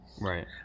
Right